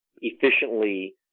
efficiently